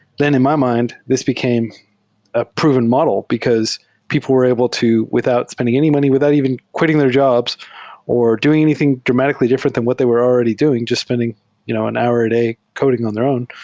then in my mind this became a proven model, because people were able to, without spending any money, without even quitting their jobs or doing anything dramatically different than what they were already doing, jus t spending you know an hour a day coding on their own,